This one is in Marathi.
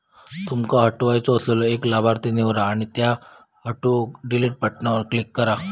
तुमका हटवायचो असलेलो एक लाभार्थी निवडा आणि त्यो हटवूक डिलीट बटणावर क्लिक करा